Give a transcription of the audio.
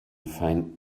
feind